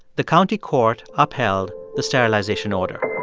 the county court upheld the sterilization order